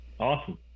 Awesome